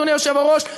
אדוני היושב-ראש,